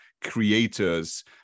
creators